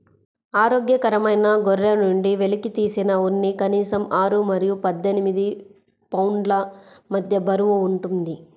ఆరోగ్యకరమైన గొర్రె నుండి వెలికితీసిన ఉన్ని కనీసం ఆరు మరియు పద్దెనిమిది పౌండ్ల మధ్య బరువు ఉంటుంది